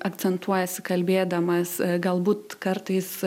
akcentuojasi kalbėdamas galbūt kartais